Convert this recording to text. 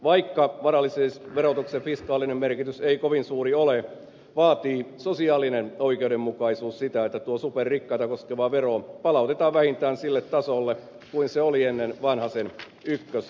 vaikka varallisuusverotuksen fiskaalinen merkitys ei kovin suuri olekaan vaatii sosiaalinen oikeudenmukaisuus sitä että tuo superrikkaita koskeva vero palautetaan vähintään sille tasolle kuin se oli ennen vanhasen ykköshallitusta